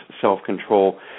self-control